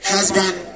Husband